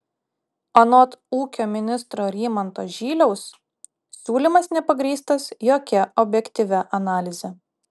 anot ūkio ministro rimanto žyliaus siūlymas nepagrįstas jokia objektyvia analize